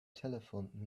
telephoned